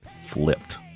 flipped